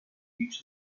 lech